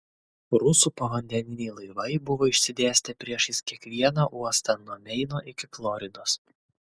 rusų povandeniniai laivai buvo išsidėstę priešais kiekvieną uostą nuo meino iki floridos